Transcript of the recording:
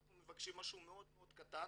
אנחנו מבקשים משהו מאד קטן